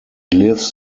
lives